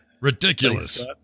Ridiculous